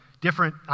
different